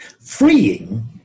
freeing